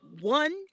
one